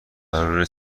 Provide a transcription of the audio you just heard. قراره